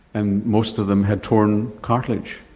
and most of them had torn cartilage.